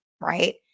right